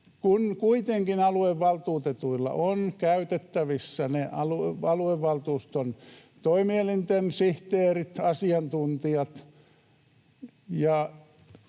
kun kuitenkin aluevaltuutetuilla on käytettävissään ne aluevaltuuston toimielinten sihteerit ja asiantuntijat ja